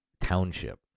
township